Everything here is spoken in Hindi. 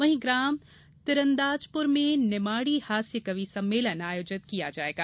वहीं ग्राम तिरंदाजपुर में निमाड़ी हास्य कवि सम्मेलन आयोजित किया जायेगा